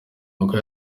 uko